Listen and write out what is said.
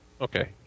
Okay